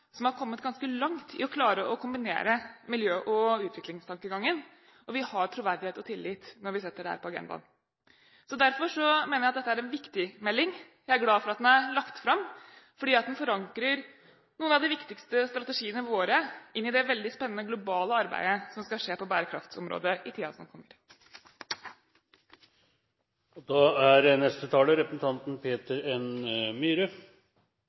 som har kommet ganske langt i å klare å kombinere miljø- og utviklingstankegangen, og vi har troverdighet og tillit når vi setter dette på agendaen. Derfor mener jeg dette er en viktig melding – jeg er glad for at den er lagt fram, for den forankrer noen av de viktigste strategiene våre inn i det veldig spennende globale arbeidet som skal skje på bærekraftsområdet i tiden som kommer. Da